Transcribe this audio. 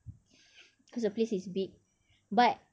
cause the place is big but